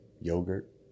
yogurt